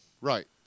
right